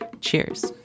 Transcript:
Cheers